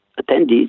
attendees